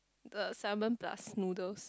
the salmon plus noodles